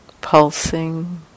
pulsing